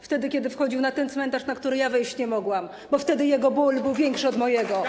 Wtedy kiedy wchodził na ten cmentarz, na który ja wejść nie mogłam, bo wtedy jego ból był większy od mojego.